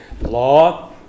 Law